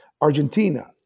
Argentina